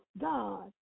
God